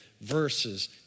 verses